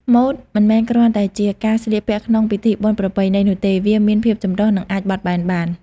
ម៉ូដមិនមែនគ្រាន់តែជាការស្លៀកពាក់ក្នុងពិធីបុណ្យប្រពៃណីនោះទេ វាមានភាពចម្រុះនិងអាចបត់បែនបាន។